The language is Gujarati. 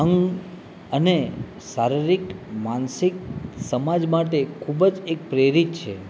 અંગ અને શારિરીક માનસિક સમાજ માટે ખૂબ જ એક પ્રેરિત છે